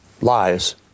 lies